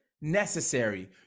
necessary